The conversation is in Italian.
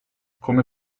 come